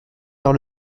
par